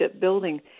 building